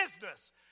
business